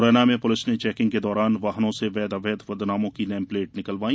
मुरैना में पुलिस ने चेकिंग के दौरान वाहनों से वैध अवैध पदनामों की नेमप्लेट निकलवाई